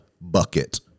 bucket